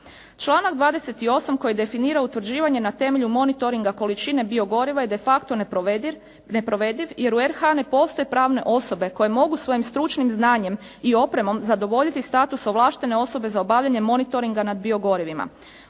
Članak 28. koji definira utvrđivanje na temelju monitoringa količine biogoriva je de facto neprovediv jer u RH ne postoje pravne osobe koje mogu svojim stručnim znanjem i opremom zadovoljiti status ovlaštene osobe za obavljanje monitoringa nad biogorivima.